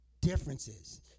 differences